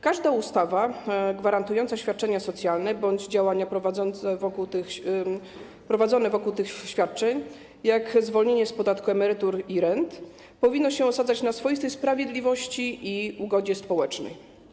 Każda ustawa gwarantująca świadczenia socjalne bądź działania prowadzone wokół tych świadczeń, takie jak zwolnienie z podatku emerytur i rent, powinny się osadzać na swoistej sprawiedliwości i ugodzie społecznej.